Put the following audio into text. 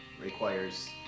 requires